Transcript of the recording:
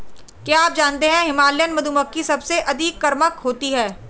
क्या आप जानते है हिमालयन मधुमक्खी सबसे अतिक्रामक होती है?